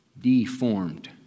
deformed